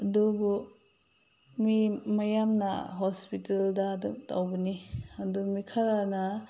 ꯑꯗꯨꯕꯨ ꯃꯤ ꯃꯌꯥꯝꯅ ꯍꯣꯁꯄꯤꯇꯥꯜꯗ ꯑꯗꯨꯝ ꯇꯧꯕꯅꯤ ꯑꯗꯨ ꯃꯤ ꯈꯔꯅ